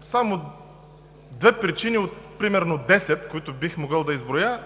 посоча две причини от примерно десет, които бих могъл да изброя,